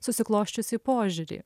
susiklosčiusį požiūrį